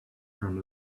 from